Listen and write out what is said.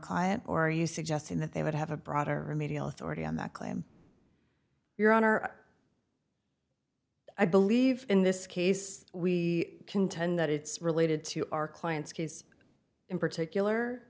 client or are you suggesting that they would have a broader remedial authority on that claim your honor i believe in this case we contend that it's related to our client's case in particular